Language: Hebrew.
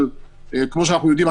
אבל כמו שאנחנו יודעים,